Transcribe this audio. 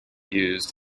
used